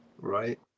right